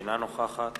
אינה נוכחת